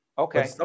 Okay